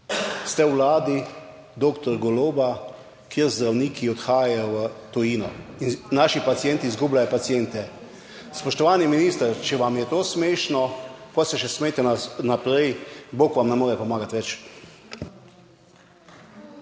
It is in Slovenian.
Ste v Vladi doktor Goloba, kjer zdravniki odhajajo v tujino in naši pacienti izgubljajo paciente. Spoštovani minister, če vam je to smešno, pa se še smejte naprej, bog vam ne more pomagati več.